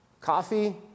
Coffee